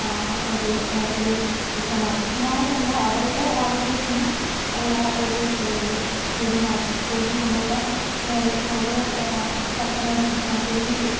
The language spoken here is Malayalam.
അവരൊരു തുച്ഛമായ തുച്ഛമായതല്ല അവരുടെ ആവശ്യത്തിനുള്ള ഒരു കൂലി മാത്രം കൂലി നമ്മുടെ കേരളത്തിലെ ഓരോ കർഷകനും കൂലി